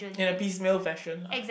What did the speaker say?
and appease male fashion lah